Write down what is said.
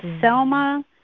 Selma